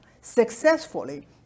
successfully